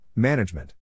Management